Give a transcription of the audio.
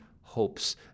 hopes